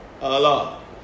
Allah